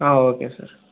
okay sir